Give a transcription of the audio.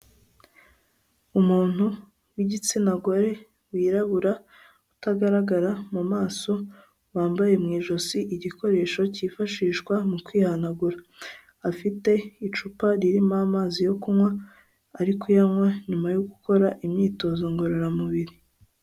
Umuntu w'igitsina gore wirabura, utagaragara mu maso wambaye mu ijosi igikoresho kifashishwa mu kwihanagura, afite icupa ririmo amazi yo kunywa ari kuyanywa nyuma yo gukora imyitozo ngororamubiri.